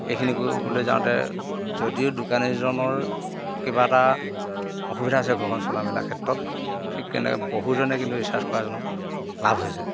এইখিনি কৰিবলৈ যাওঁতে যদিও দোকানীজনৰ কিবা এটা অসুবিধা আছে ঘৰখন চলা মেলাৰ ক্ষেত্ৰত ঠিক তেনেকৈ বহুজনে কিন্তু ৰিচাৰ্জ কৰাজনৰ লাভ হৈছে